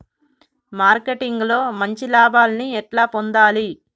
Marketing లో మంచి లాభాల్ని ఎట్లా పొందాలి?